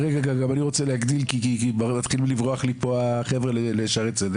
גם אני רוצה להגדיל כי מתחילים לברוח לי לשערי צדק.